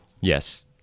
Yes